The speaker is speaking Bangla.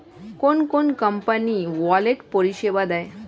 কোন কোন কোম্পানি ওয়ালেট পরিষেবা দেয়?